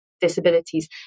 disabilities